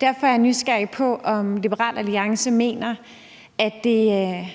Derfor er jeg nysgerrig efter at høre, om Liberal Alliance mener, at det